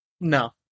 No